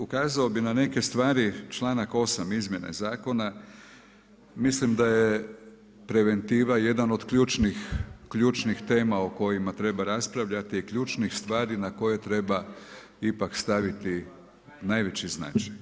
No ukazao bih na neke stvari, članak 8. izmjena zakona mislim da je preventiva jedan od ključnih tema o kojima treba raspravljati i ključnih stvari na koje treba ipak staviti najveći značaj.